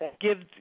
give